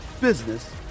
business